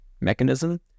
mechanism